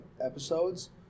episodes